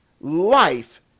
life